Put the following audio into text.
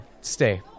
stay